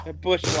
Bush